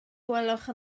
gwelwch